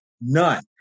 none